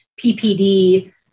PPD